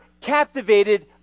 captivated